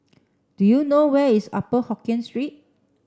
do you know where is Upper Hokkien Street